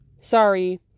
Sorry